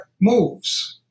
moves